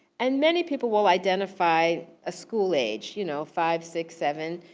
and many people will identify a school age, you know five, six, seven.